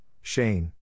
Shane